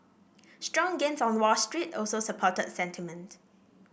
strong gains on Wall Street also supported sentiment